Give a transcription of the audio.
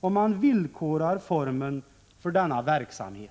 om man villkorade formen för denna verksamhet?